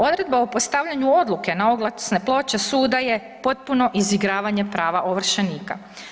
Odredba o postavljanju odluke na oglasne ploče suda je potpuno izigravanje prava ovršenika.